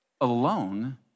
Alone